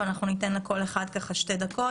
ואנחנו ניתן לכל אחד שתי דקות